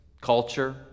culture